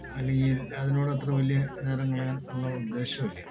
അല്ലെങ്കിൽ അതിനോട് അത്ര വലിയ നേരം കളയാൻ ഉള്ള ഉദ്ദേശവും ഇല്ല